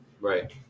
right